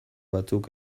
batzuk